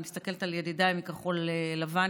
אני מסתכלת על ידידיי מכחול לבן,